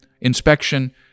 inspection